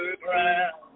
ground